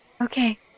okay